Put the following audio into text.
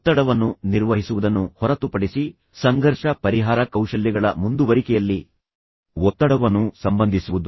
ಒತ್ತಡವನ್ನು ನಿರ್ವಹಿಸುವುದನ್ನು ಹೊರತುಪಡಿಸಿ ಸಂಘರ್ಷ ಪರಿಹಾರ ಕೌಶಲ್ಯಗಳ ಮುಂದುವರಿಕೆಯಲ್ಲಿ ಒತ್ತಡವನ್ನು ಸಂಬಂಧಿಸುವುದು